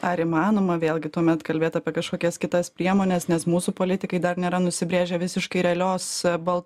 ar įmanoma vėlgi tuomet kalbėt apie kažkokias kitas priemones nes mūsų politikai dar nėra nusibrėžę visiškai realios bal